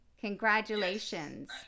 Congratulations